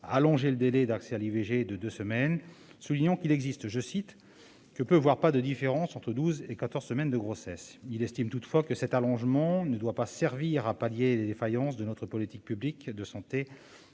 allonger le délai d'accès à l'IVG de deux semaines. À son sens, il n'y a que « peu, voire pas de différence entre douze et quatorze semaines de grossesse ». Il estime toutefois que cet allongement ne doit pas servir à pallier les défaillances de notre politique publique de santé